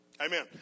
Amen